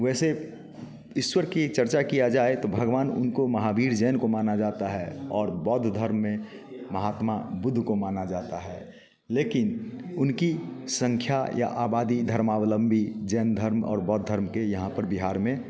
वैसे ईश्वर की चर्चा किया जाए तो भगवान उनको महावीर जैन को माना जाता है और बौद्ध धर्म में महात्मा बुद्ध को माना जाता है लेकिन उनकी संख्या या आबादी धर्मावलंबी जैन धर्म और बौद्ध धर्म के यहाँ पर बिहार में